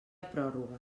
pròrrogues